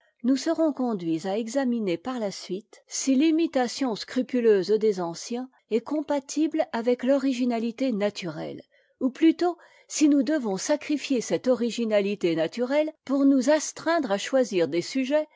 nous serons conduits à examiner par la suite si l'imitation scrupuleuse des anciens est compatible avec l'originalité naturelle ou plutôt si nous devons sacrifier cette originalité naturette pour nous astreindre à choisir des sujets